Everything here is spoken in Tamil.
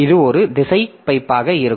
இது ஒரு திசைக் பைப்பாக இருக்கும்